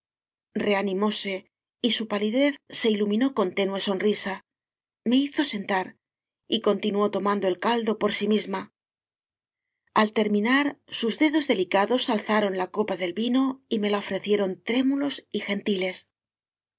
reanimóse y su pali dez se iluminó con tenue sonrisa me hizo sentar y continuó tomando el caldo por sí misma al terminar sus dedos delicados al zaron la copa del vino y me la ofrecieron trémulos y